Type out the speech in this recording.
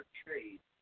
trade